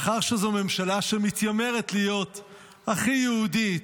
מאחר שזו ממשלה שמתיימרת להיות הכי יהודית,